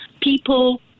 people